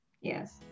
yes